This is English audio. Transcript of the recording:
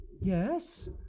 Yes